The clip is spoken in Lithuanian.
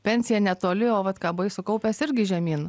pensija netoli o vat ką buvai sukaupęs irgi žemyn